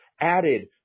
added